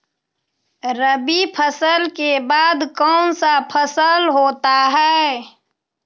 रवि फसल के बाद कौन सा फसल होता है?